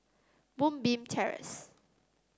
Moonbeam Terrace